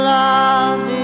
love